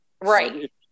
Right